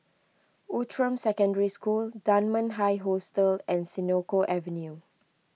Outram Secondary School Dunman High Hostel and Senoko Avenue